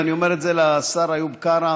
ואני אומר את זה לשר איוב קרא,